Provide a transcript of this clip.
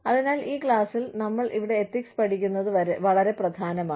അതിനാൽ ഈ ക്ലാസിൽ നമ്മൾ ഇവിടെ എത്തിക്സ് പഠിക്കുന്നത് വളരെ പ്രധാനമാണ്